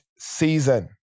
season